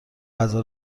غذا